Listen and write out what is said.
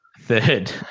Third